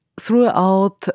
throughout